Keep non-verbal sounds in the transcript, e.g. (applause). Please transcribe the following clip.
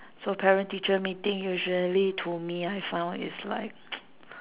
so parent teacher meeting usually to me I found it's like (noise)